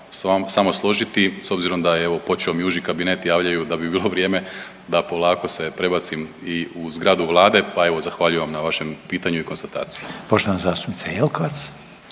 samo složiti s obzirom da je evo počeo mi uži kabinet, javljaju da bi bilo vrijeme da polako se prebacim i u zgradu Vlade, pa evo zahvaljujem vam na vašem pitanju i konstataciji. **Reiner, Željko